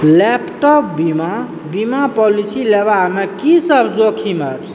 laptop बीमा बीमा policy लेबामे की सब जोखिम अछि